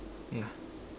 yeah